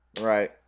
Right